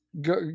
Go